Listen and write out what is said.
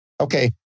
Okay